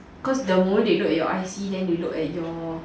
cause the moment they look at your I_C then they look at your